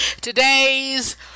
today's